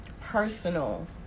personal